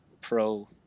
pro